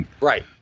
Right